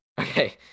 Okay